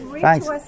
Thanks